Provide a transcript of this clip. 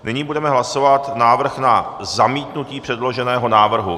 Nyní budeme hlasovat návrh na zamítnutí předloženého návrhu.